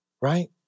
right